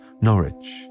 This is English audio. Norwich